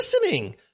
listening